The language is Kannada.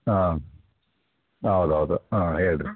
ಹಾಂ ಹೌದೌದು ಹಾಂ ಹೇಳಿರಿ